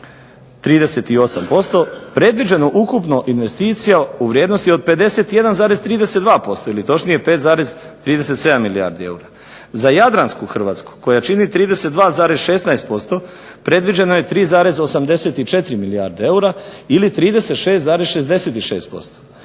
37,38% predviđeno ukupno investicija u vrijednosti od 51,32% ili točnije 5,37 milijardi eura. Za jadransku Hrvatsku koja čini 32,16% predviđeno je 3,84 milijarde eura ili 36,66%